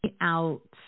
out